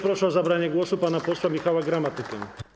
Proszę o zabranie głosu pana posła Michała Gramatykę.